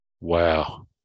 Wow